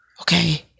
Okay